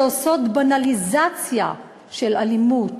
שעושות בנאליזציה של אלימות,